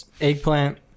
eggplant